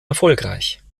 erfolgreich